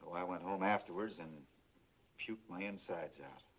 i went home afterwards and puked my insides out.